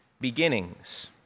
Beginnings